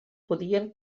podien